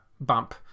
bump